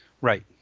Right